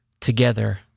together